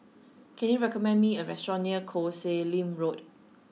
can you recommend me a restaurant near Koh Sek Lim Road